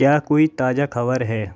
क्या कोई ताज़ा खबर है